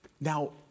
Now